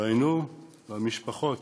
ראינו שמשפחות